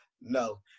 No